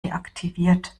deaktiviert